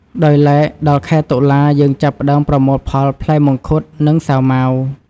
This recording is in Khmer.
ដោយឡែកដល់ខែតុលាយើងចាប់ផ្តើមប្រមូលផលផ្លែមង្ឃុត និង សាវម៉ាវ។